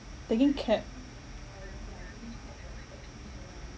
taking cab